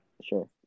sure